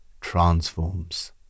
transforms